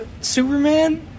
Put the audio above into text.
Superman